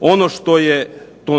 Oluje.